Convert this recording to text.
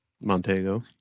Montego